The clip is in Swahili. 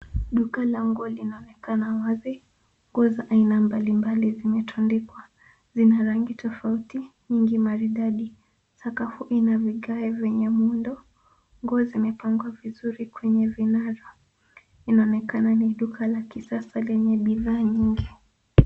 Duka la nguo lianonekana wazi. Nguo za aina mbalimbali zimetundikwa. Zina rangi tofauti, nyingi maridadi. Sakafu ina vigae vyenye muundo. Nguo zimepangwa vizuri kwenye vinara. Inaonekana ni duka la kisasa lenye bidhaa nyingi.